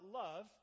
love